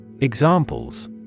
Examples